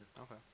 Okay